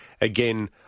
again